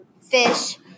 fish